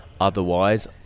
otherwise